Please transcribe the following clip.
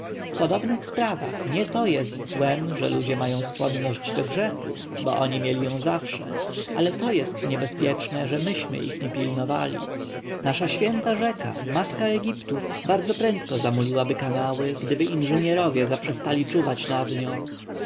podobnych sprawach nie to jest złem że ludzie mają skłonność do grzechu bo oni mieli ją zawsze ale to jest niebezpieczne że myśmy ich nie pilnowali nasza święta rzeka matka egiptu bardzo prędko zamuliłaby kanały gdyby inżynierowie zaprzestali czuwać nad nią